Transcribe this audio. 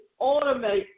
automate